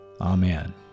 Amen